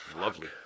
Lovely